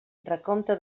recompte